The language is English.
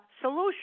solution